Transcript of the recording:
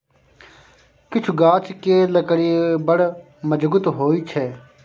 किछु गाछ केर लकड़ी बड़ मजगुत होइ छै